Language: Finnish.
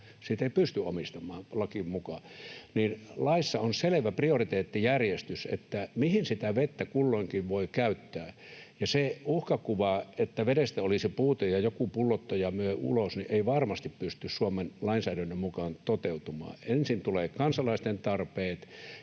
sitä ei pysty omistamaan lakien mukaan — niin laissa on selvä prioriteettijärjestys, mihin sitä vettä kulloinkin voi käyttää. Ja se uhkakuva, että vedestä olisi puute ja joku pullottaa sitä ja myy ulos, ei varmasti pysty Suomen lainsäädännön mukaan toteutumaan. Ensin tulevat kansalaisten tarpeet.